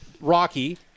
Rocky